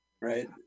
Right